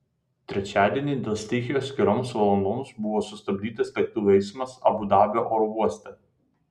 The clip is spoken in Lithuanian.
trečiadienį dėl stichijos kelioms valandoms buvo sustabdytas lėktuvų eismas abu dabio oro uoste